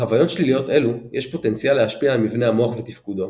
לחוויות שליליות אלו יש פוטנציאל להשפיע על מבנה המוח ותפקודו,